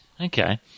Okay